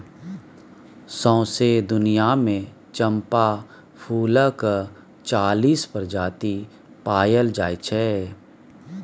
सौंसे दुनियाँ मे चंपा फुलक चालीस प्रजाति पाएल जाइ छै